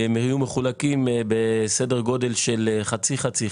והם יהיו מחולקים בסדר-גודל של חצי-חצי.